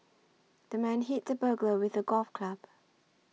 the man hit the burglar with a golf club